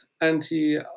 anti